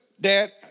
Dad